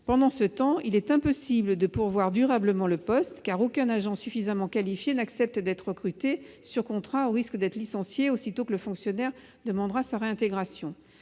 Pendant ce temps, il est impossible de pourvoir durablement au poste, car aucun agent suffisamment qualifié n'accepte d'être recruté sur contrat, au risque d'être licencié dès que le fonctionnaire demandera sa réintégration.